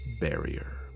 barrier